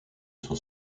sont